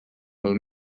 pel